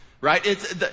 right